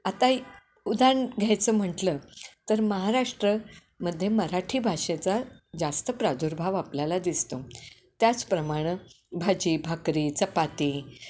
आता इ उदाहरण घ्यायचं म्हंटलं तर महाराष्ट्र मध्ये मराठी भाषेचा जास्त प्रादुर्भाव आपल्याला दिसतो त्याचप्रमाणं भाजी भाकरी चपाती